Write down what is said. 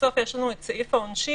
ובסוף יש לנו את סעיף העונשין,